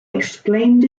exclaimed